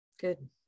good